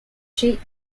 sheet